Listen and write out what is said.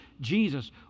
Jesus